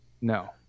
No